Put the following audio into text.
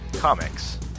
Comics